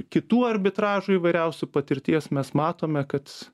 kitų arbitražų įvairiausių patirties mes matome kad